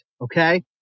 okay